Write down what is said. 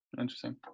interesting